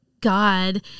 god